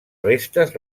restes